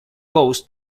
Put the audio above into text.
costs